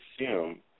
assume